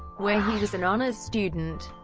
where he was an honors student.